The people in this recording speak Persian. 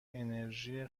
انرژی